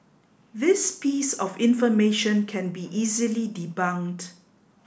this piece of information can be easily debunked